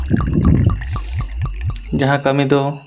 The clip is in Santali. ᱡᱟᱦᱟᱸ ᱠᱟᱹᱢᱤ ᱫᱚ